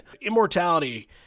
Immortality